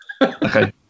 Okay